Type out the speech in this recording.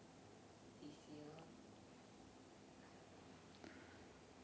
this year